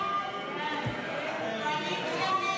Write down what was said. הסתייגות 48 לא נתקבלה.